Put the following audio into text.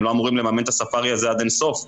הם לא אמורים לממן את הספארי הזה עד אין-סוף,